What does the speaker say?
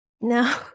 No